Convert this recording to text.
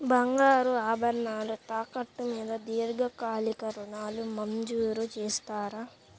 బంగారు ఆభరణాలు తాకట్టు మీద దీర్ఘకాలిక ఋణాలు మంజూరు చేస్తారా?